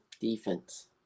defense